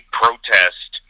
protest